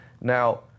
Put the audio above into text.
Now